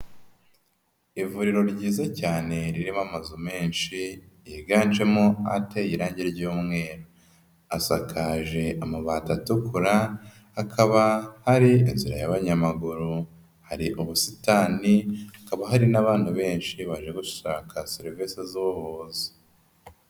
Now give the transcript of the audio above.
Ivuriro ryiza cyane ririmo amazu menshi yiganjemo ateye irange ry'umweru, asakaje amabati atukura, hakaba hari inzira y'abanyamaguru, hari ubusitani, hakaba hari n'abantu benshi baje gushaka serivisi z'ubuyobozi.